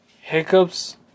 Hiccups